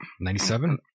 Ninety-seven